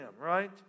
right